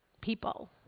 People